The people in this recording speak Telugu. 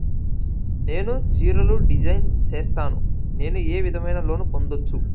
నేను చీరలు డిజైన్ సేస్తాను, నేను ఏ విధమైన లోను పొందొచ్చు